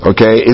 Okay